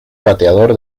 bateador